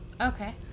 Okay